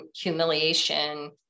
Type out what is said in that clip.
humiliation